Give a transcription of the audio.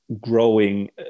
growing